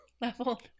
level